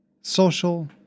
social